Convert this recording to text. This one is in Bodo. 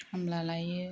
खामला लायो